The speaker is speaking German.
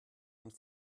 und